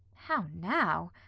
how now!